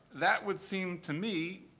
that would seem to me,